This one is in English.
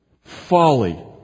Folly